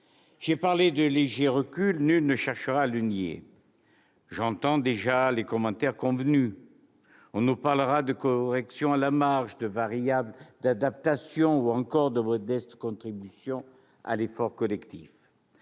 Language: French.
J'ai parlé de léger recul, nul ne cherchera à le nier. J'entends déjà les commentaires convenus. On nous parlera de « corrections à la marge », de « variables d'adaptation », ou encore de « modeste contribution à l'effort collectif